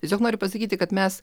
tiesiog noriu pasakyti kad mes